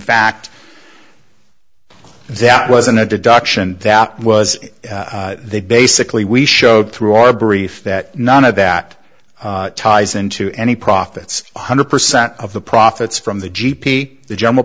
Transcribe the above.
fact that was an adoption that was they basically we showed through our brief that none of that ties into any profits one hundred percent of the profits from the g p the jum